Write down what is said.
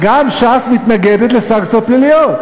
גם ש"ס מתנגדת לסנקציות פליליות.